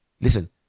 Listen